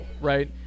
right